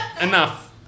enough